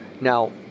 now